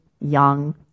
young